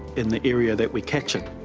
and the area that we catch it.